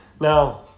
Now